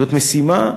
זאת משימה,